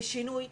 לשינוי,